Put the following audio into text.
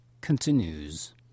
continues